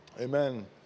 Amen